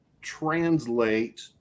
translate